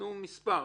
תנו מספר.